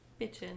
Bitchin